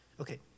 okay